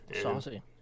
Saucy